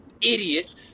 idiots